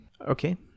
okay